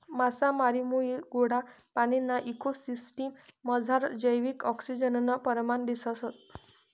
मासामारीमुये गोडा पाणीना इको सिसटिम मझारलं जैविक आक्सिजननं परमाण दिसंस